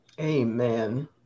amen